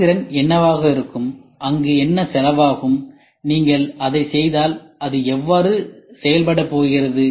செயல்திறன் என்னவாக இருக்கும் அங்கு என்ன செலவாகும் நீங்கள் அதைச் செய்தால் அது எவ்வாறு செய்யப்பட போகிறது